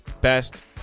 best